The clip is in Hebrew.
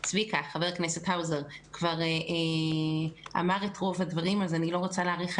חבר הכנסת האוזר כבר אמר את רוב הדברים אז אני לא רוצה להאריך.